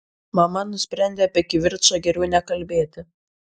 mama nusprendė apie kivirčą geriau nekalbėti